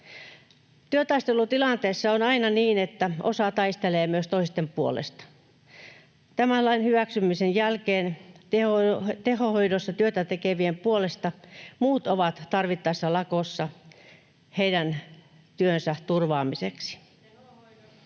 Työtaistelutilanteessa on aina niin, että osa taistelee myös toisten puolesta. Tämän lain hyväksymisen jälkeen tehohoidossa työtä tekevien puolesta muut ovat tarvittaessa lakossa heidän työnsä turvaamiseksi.